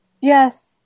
Yes